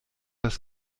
das